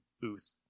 booth